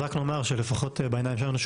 אז רק נאמר שלפחות בעיניים שלנו,